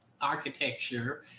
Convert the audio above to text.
architecture